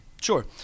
sure